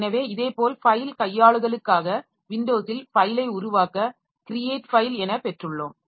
எனவே இதேபோல் ஃபைல் கையாளுதலுக்காக விண்டோஸில் ஃபைலை உருவாக்க கிரீயேட் ஃபைல் என பெற்றுள்ளோம்